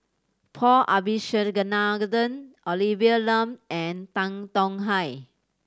Paul Abisheganaden Olivia Lum and Tan Tong Hye